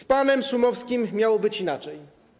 Z panem Szumowskim miało być inaczej.